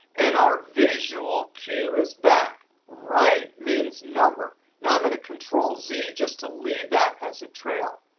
and our visual cue is back. right means number. now i'm going to control z just to leave that as a trail.